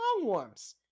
longworms